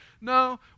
No